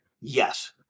Yes